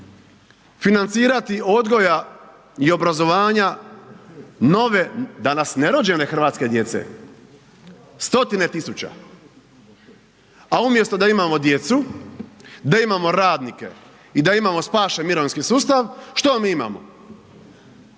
financirati odgoja i obrazovanja nove danas nerođene hrvatske djece? Stotine tisuća. A umjesto da imamo djecu, da imamo radnike i da imamo spašen mirovinski sustav, što mi imamo?